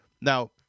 Now